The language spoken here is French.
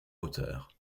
hauteur